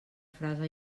frase